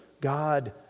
God